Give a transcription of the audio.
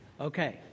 Okay